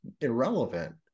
irrelevant